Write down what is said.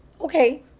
Okay